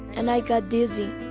and i got dizzy.